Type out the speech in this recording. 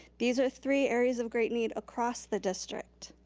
these are three areas of great need across the district.